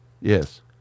Yes